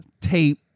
tape